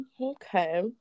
Okay